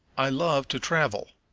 i love to travel.